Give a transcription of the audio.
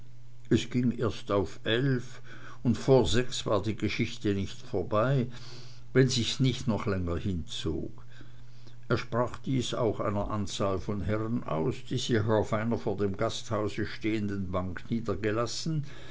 es ging erst auf elf und vor sechs war die geschichte nicht vorbei wenn sich's nicht noch länger hinzog er sprach dies auch einer anzahl von herren aus die sich auf einer vor dem gasthause stehenden bank niedergelassen